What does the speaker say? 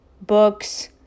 books